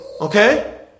Okay